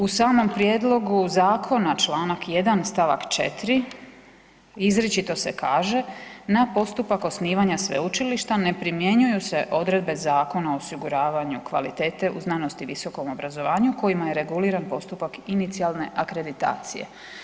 U samom prijedlogu zakona čl. 1 st. 4. izričito se kaže, na postupak osnivanja sveučilišta ne primjenjuju se odredbe Zakona o osiguravanju kvalitete u znanosti i visokom obrazovanju kojima je reguliran postupak inicijalne akreditacije.